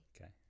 Okay